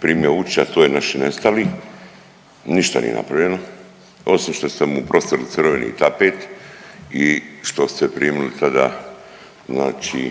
primio …/Govornik se ne razumije/…, a to je naši nestali, ništa nije napravljeno osim što ste im prostrli crveni tapet i što ste primili tada znači,